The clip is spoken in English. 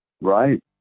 Right